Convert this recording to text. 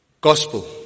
Gospel